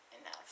enough